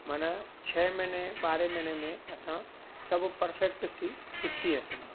मन छ्ह महिने ॿारहें महिने में असां सभु परफ़ेक्ट सी सिखी वियसि मां